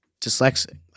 dyslexic